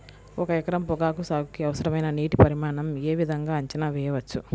ఒక ఎకరం పొగాకు సాగుకి అవసరమైన నీటి పరిమాణం యే విధంగా అంచనా వేయవచ్చు?